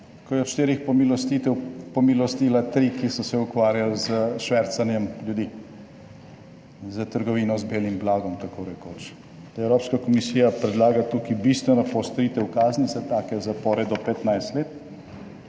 ko je od štirih pomilostitev pomilostila tri, ki so se ukvarjali s »švercanjem« ljudi, s trgovino z belim blagom, tako rekoč. Evropska komisija predlaga tukaj bistveno poostritev kazni za take zapore do 15 let,